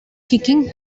kicking